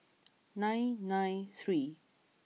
nine nine three